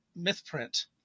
Mythprint